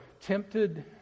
tempted